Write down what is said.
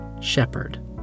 shepherd